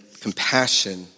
compassion